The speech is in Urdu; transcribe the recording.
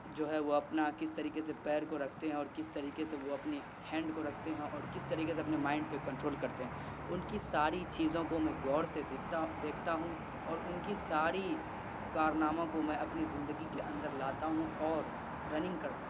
جو ہے وہ اپنا کس طریقے سے پیر کو رکھتے ہیں اور کس طریقے سے وہ اپنی ہینڈ کو رکھتے ہیں اور کس طریقے سے اپنے مائنڈ پہ کنٹرول کرتے ہیں ان کی ساری چیزوں کو میں غور سے دیکھتا دیکھتا ہوں اور ان کی ساری کارناموں کو میں اپنی زندگی کے اندر لاتا ہوں اور رننگ کرتا ہوں